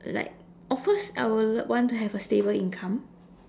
like of course I will love want to have a stable income